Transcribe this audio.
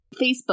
Facebook